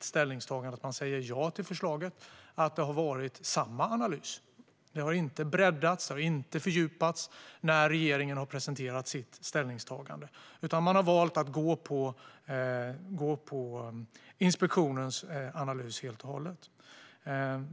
ställningstagande och ja till förslaget är det uppenbart för mig att det handlar om en och samma analys. Den har inte breddats eller fördjupats av regeringen, utan man har valt att helt och hållet gå på inspektionens analys.